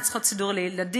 צריכות סידור לילדים,